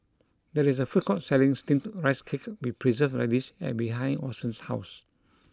there is a food court selling steamed rice cake with preserved radish and behind Orson's house